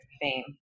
fame